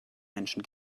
menschen